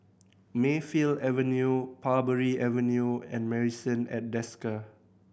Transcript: Mayfield Avenue Parbury Avenue and Marrison at Desker